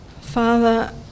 Father